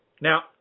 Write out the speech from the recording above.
Now